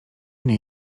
nie